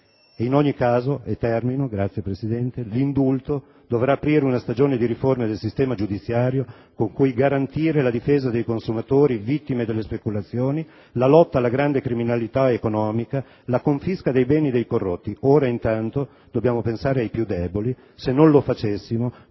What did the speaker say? In ogni caso, l'indulto dovrà aprire una stagione di riforme del sistema giudiziario con cui garantire la difesa dei consumatori vittime delle speculazioni, la lotta alla grande criminalità economica, la confisca dei beni dei corrotti. Ora, intanto, dobbiamo pensare ai più deboli. Se non lo facessimo,